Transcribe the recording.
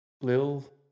Lil